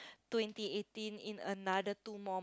twenty eighteen in another two more